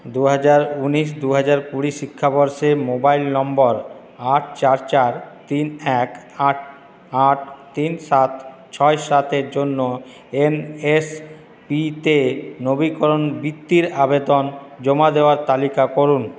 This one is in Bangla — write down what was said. দু হাজার উনিশ দু হাজার কুড়ি শিক্ষাবর্ষে মোবাইল নম্বর আট চার চার তিন এক আট আট তিন সাত ছয় সাতের জন্য এন এস পিতে নবীকরণ বৃত্তির আবেদন জমা দেওয়ার তালিকা করুন